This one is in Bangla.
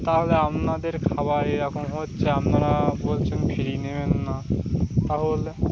তাহলে আপনাদের খাবার এরকম হচ্ছে আপনারা বলছেন ফ্রি নেবেন না তাহলে